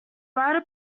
writer